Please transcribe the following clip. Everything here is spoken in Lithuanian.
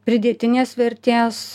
pridėtinės vertės